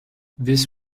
this